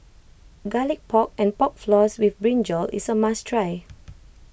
Garlic Pork and Pork Floss with Brinjal is a must try